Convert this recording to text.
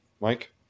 Mike